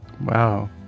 Wow